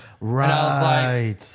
Right